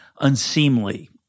unseemly